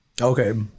Okay